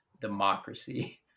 democracy